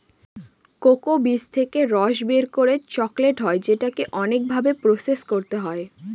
cocoa বীজ থেকে রস বের করে চকলেট হয় যেটাকে অনেক ভাবে প্রসেস করতে হয়